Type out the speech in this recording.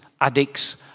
addicts